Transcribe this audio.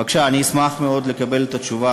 בבקשה, אני אשמח מאוד לקבל את התשובה.